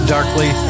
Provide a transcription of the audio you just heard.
Darkly